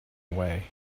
away